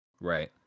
Right